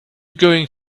going